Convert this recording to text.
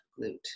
glute